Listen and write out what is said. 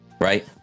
Right